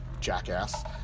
Jackass